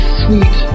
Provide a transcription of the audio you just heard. sweet